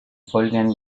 folgen